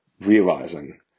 realizing